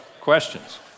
questions